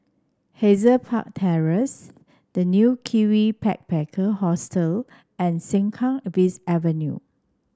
Hazel Park Terrace The New Kiwi Backpacker Hostel and Sengkang West Avenue